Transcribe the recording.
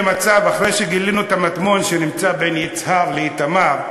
אחרי שגילינו את המטמון שנמצא בין יצהר לאיתמר,